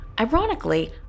Ironically